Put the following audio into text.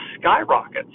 skyrockets